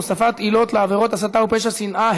הוספת עילות לעבירות הסתה ופשע שנאה),